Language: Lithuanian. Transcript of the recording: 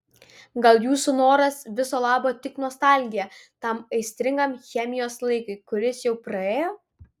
gal jūsų noras viso labo tik nostalgija tam aistringam chemijos laikui kuris jau praėjo